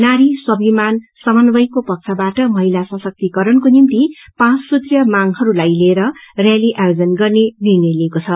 नारी स्वाभिमान सम्वय को पक्षबाट महिला सशक्तिकरणको निम्ति पाँच सूत्रीय मांगहरूलाई लिएर रैली आोजन गर्ने निर्णय लिइएको छ